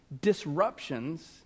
disruptions